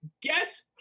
Guess